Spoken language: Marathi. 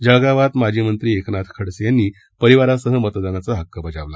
जळगावात माजी मंत्री एकनाथ खडसे यांनी परिवारासह मतदानाचा हक्क बजावला